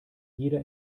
jeder